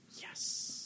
Yes